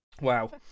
Wow